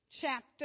chapter